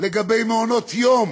לגבי מעונות יום,